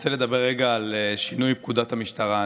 רוצה לדבר רגע על שינוי פקודת המשטרה.